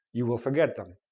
you will forget them,